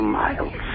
miles